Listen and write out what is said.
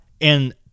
And-